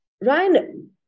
Ryan